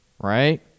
Right